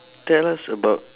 tell us about